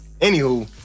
Anywho